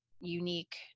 unique